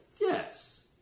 Yes